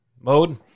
Mode